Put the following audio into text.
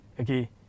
Okay